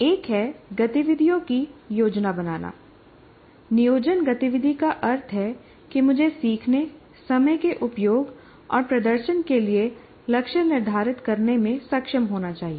एक है गतिविधियों की योजना बनाना नियोजन गतिविधि का अर्थ है कि मुझे सीखने समय के उपयोग और प्रदर्शन के लिए लक्ष्य निर्धारित करने में सक्षम होना चाहिए